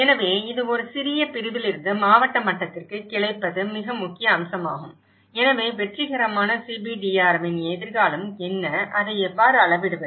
எனவே இது ஒரு சிறிய பிரிவில் இருந்து மாவட்ட மட்டத்திற்கு கிளைப்பது மிக முக்கியமான அம்சமாகும் எனவே வெற்றிகரமான CBDRMஇன் எதிர்காலம் என்ன அதை எவ்வாறு அளவிடுவது